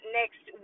next